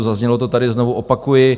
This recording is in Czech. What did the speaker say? Zaznělo to tady, znovu opakuji.